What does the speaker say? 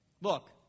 Look